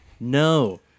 no